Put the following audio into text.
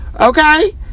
Okay